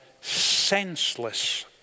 senseless